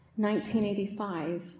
1985